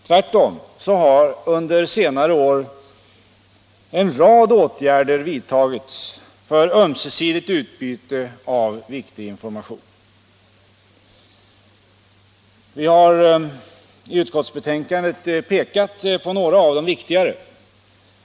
Tvärtom har under senare år en rad åtgärder vidtagits för ömsesidigt utbyte av viktig information. Vi har i utskottsbetänkandet pekat på några av de viktigare.